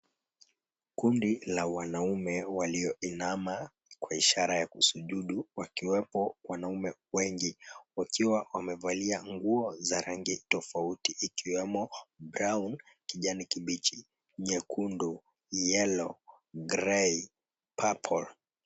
Kundi la wanaume walioinama kwa ishara ya kusujudu. Wakiwepo wanaume wengi, wakiwa wamevalia nguo za rangi tofauti ikiwemo, brown , kijani kibichi, nyekundu, yellow, grey, purple .